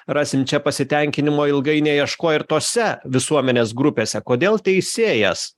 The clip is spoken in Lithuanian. rasim čia pasitenkinimo ilgai neieškoję ir tose visuomenės grupėse kodėl teisėjas